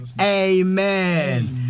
amen